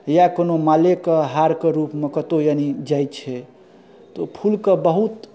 या कोनो मालेके हारके रूपमे कतहु यानि जाइ छै तऽ फूलके बहुत